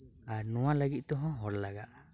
ᱟᱨ ᱱᱚᱶᱟ ᱞᱟᱹᱜᱤᱫ ᱛᱮᱦᱚᱸ ᱦᱚᱲ ᱞᱟᱜᱟᱜᱼᱟ